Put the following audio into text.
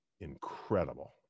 incredible